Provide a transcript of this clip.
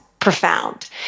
profound